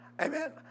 Amen